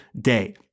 day